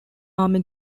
army